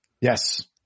Yes